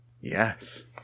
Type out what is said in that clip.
Yes